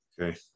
Okay